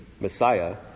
Messiah